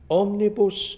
omnibus